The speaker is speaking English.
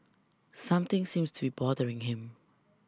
something seems to be bothering him